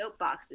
soapboxes